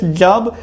job